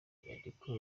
inyandiko